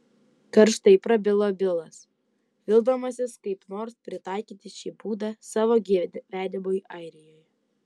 karštai prabilo bilas vildamasis kaip nors pritaikyti šį būdą savo gyvenimui airijoje